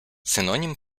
синонім